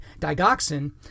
digoxin